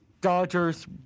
Dodgers